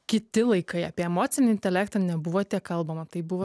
kiti laikai apie emocinį intelektą nebuvo tiek kalbama tai buvo